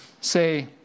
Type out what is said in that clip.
say